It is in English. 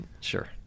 sure